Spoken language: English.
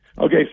Okay